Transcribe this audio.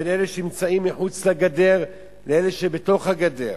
בין אלה שנמצאים מחוץ לגדר לאלה שבתוך הגדר,